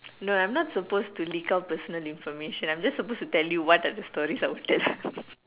no I'm not supposed to leak out personal information I'm just supposed to tell you what are the stories I'll tell you